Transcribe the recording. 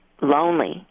lonely